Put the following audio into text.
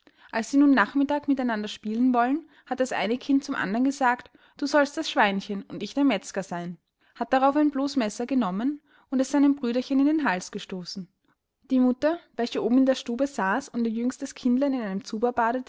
als sie nun nachmittag mit einander spielen wollen hat das eine kind zum andern gesagt du sollst das schweinchen und ich der metzger seyn hat darauf ein bloß messer genommen und es seinem brüderchen in den hals gestoßen die mutter welche oben in der stube saß und ihr jüngstes kindlein in einem